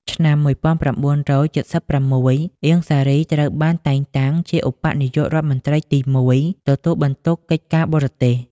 ឆ្នាំ១៩៧៦ អៀង សារី ត្រូវបានតែងតាំងជាឧបនាយករដ្ឋមន្ត្រីទីមួយ ទទួលបន្ទុកកិច្ចការបរទេស ។